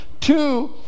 Two